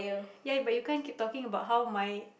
ya but you can't keep talking about how my